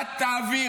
מה תעביר?